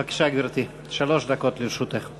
בבקשה, גברתי, שלוש דקות לרשותך.